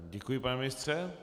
Děkuji, pane ministře.